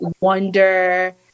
wonder